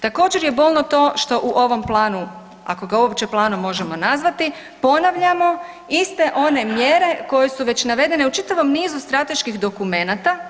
Također je bolno to što u ovom planu ako ga uopće planom možemo nazvati ponavljamo iste one mjere koje su već navedene u čitavom nizu strateških dokumenata.